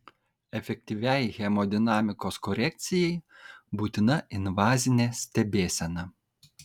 efektyviai hemodinamikos korekcijai būtina invazinė stebėsena